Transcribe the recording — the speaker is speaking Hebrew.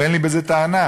אין לי בזה טענה,